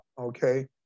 okay